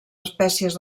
espècies